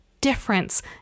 difference